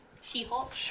She-Hulk